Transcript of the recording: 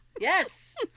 Yes